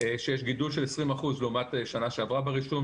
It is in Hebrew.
שיש גידול של 20% לעומת שנה שעברה ברישום,